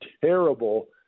terrible